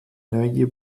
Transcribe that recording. neue